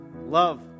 love